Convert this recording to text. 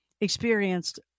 experienced